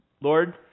Lord